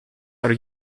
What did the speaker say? are